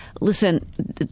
Listen